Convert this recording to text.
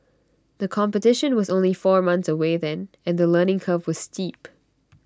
the competition was only four months away then and the learning curve was steep